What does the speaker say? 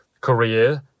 career